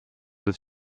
des